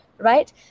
Right